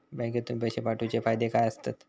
बँकेतून पैशे पाठवूचे फायदे काय असतत?